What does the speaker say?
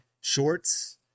shorts